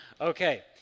Okay